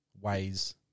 ways